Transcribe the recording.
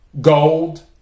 Gold